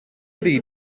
ydy